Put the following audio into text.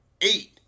eight